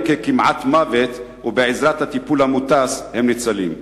ככמעט מוות ובעזרת הטיפול המוטס הם ניצלים.